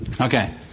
Okay